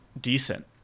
decent